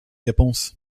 réponse